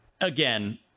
again